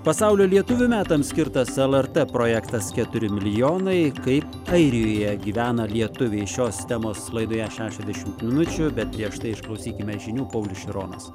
pasaulio lietuvių metams skirtas lrt projektas keturi milijonai kaip airijoje gyvena lietuviai šios temos laidoje šešiasdešimt minučių bet prieš tai išklausykime žinių paulius šironas